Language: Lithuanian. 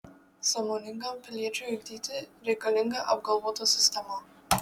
sąmoningam piliečiui ugdyti reikalinga apgalvota sistema